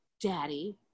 Daddy